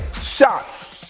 shots